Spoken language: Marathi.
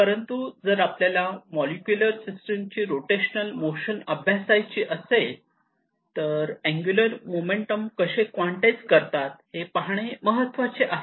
परंतु जर आपल्याला मोलेक्युलार सिस्टीमची रोटेशनल मोशन अभ्यासायची असेल तर अँगुलर मोमेंटम कसे क्वांटाईज करतात हे पाहणे महत्त्वाचे आहे